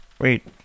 Wait